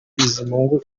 bizimungu